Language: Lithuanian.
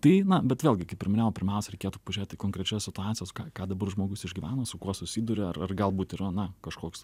tai na bet vėlgi kaip ir minėjau pirmiausia reikėtų pažiūrėt į konkrečias situacijas ką dabar žmogus išgyvena su kuo susiduria ar ar galbūt yra na kažkoks